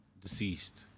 deceased